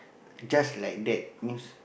just like that means